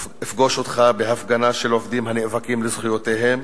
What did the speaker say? אפגוש אותך בהפגנה של עובדים הנאבקים על זכויותיהם